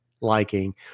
liking